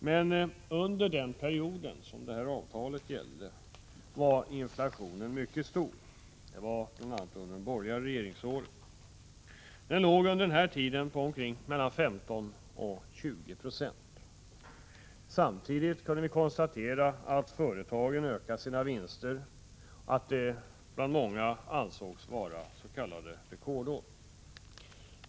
Men under den perioden var inflationen mycket stor — det var bl.a. under de borgerliga regeringsåren. Den låg under den tiden på mellan 15 och 20 26. Samtidigt kunde vi konstatera att företagen ökade sina vinster, att många ansåg det vara s.k. rekordår.